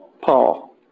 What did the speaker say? Paul